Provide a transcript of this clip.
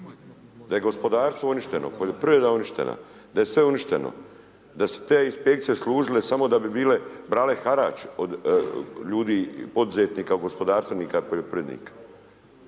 Da je gospodarstvo uništeni poljoprivreda uništena, da je sve uništeno, da su te inspekcije služile samo da bi bile brale harać od ljudi poduzetnika, gospodarstvenika, poljoprivrednika.